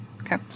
Okay